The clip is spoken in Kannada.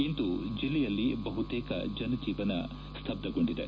ಇಂದು ಜೆಲ್ಲೆಯಲ್ಲಿ ಬಹುತೇಕ ಜನಜೀವನ ಸ್ತಬ್ದಗೊಂಡಿದೆ